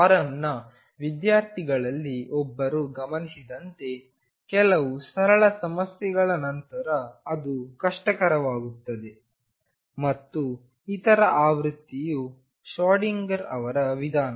ಫೋರಂನ ವಿದ್ಯಾರ್ಥಿಗಳಲ್ಲಿ ಒಬ್ಬರು ಗಮನಿಸಿದಂತೆ ಕೆಲವು ಸರಳ ಸಮಸ್ಯೆಗಳ ನಂತರ ಅದು ಕಷ್ಟಕರವಾಗುತ್ತದೆ ಮತ್ತು ಇತರ ಆವೃತ್ತಿಯು ಶ್ರೋಡಿಂಗರ್ ಅವರ ವಿಧಾನ